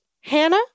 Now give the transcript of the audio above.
Hannah